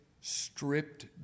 stripped